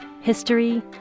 history